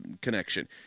connection